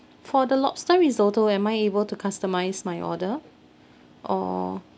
for the lobster risotto am I able to customise my order or